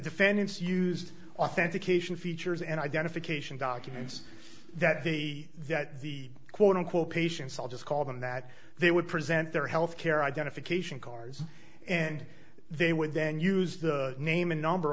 defendants used authentication features and identification documents that the that the quote unquote patients i'll just call them that they would present their health care identification cards and they would then use the name and number